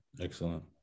Excellent